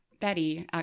Betty